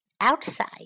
outside